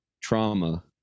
trauma